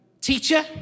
teacher